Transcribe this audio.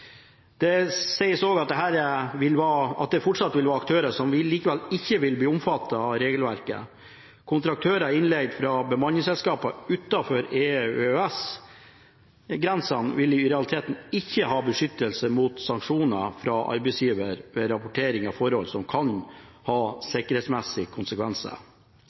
sies også at det fortsatt vil være aktører som likevel ikke vil bli omfattet av regelverket. Kontraktører innleid fra bemanningsselskaper utenfor EU/EØS-grensene vil i realiteten ikke ha beskyttelse mot sanksjoner fra arbeidsgiver ved rapportering av forhold som kan ha sikkerhetsmessige konsekvenser.